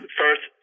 first